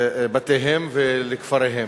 לבתיהם ולכפריהם.